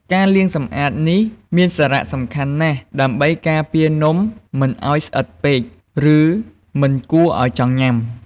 ការលាងសម្អាតនេះមានសារៈសំខាន់ណាស់ ដើម្បីការពារនំមិនឱ្យស្អិតពេក ឬមិនគួរឱ្យចង់ញ៉ាំ។